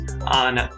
on